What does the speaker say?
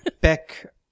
Beck